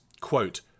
quote